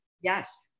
Yes